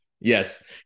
yes